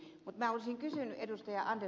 mutta minä olisin kysynyt ed